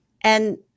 And-